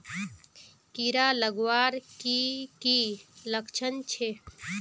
कीड़ा लगवार की की लक्षण छे?